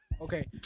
Okay